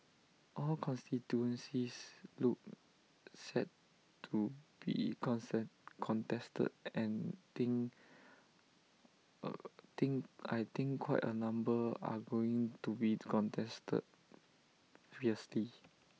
all constituencies look set to be concern contested and think think I think quite A number are going to be contested fiercely